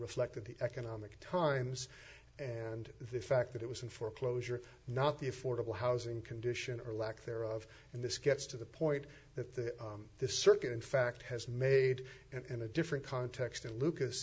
reflected the economic times and the fact that it was in foreclosure not the affordable housing condition or lack there of and this gets to the point that the this circuit in fact has made in a different context in lucas